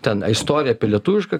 ten istoriją apie lietuvišką